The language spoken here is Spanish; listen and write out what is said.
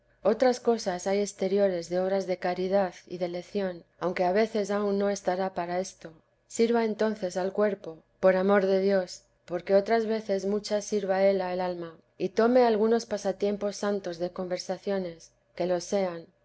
otras cosas hay exteriores de obras de caridad y de lección aunque a veces aún no estará para esto sirva entonces al cuerpo por amor de teresa de dios porque otras veces muchas sirva él a el alm tome algunos pasatiempos santos de conversaciones que lo sean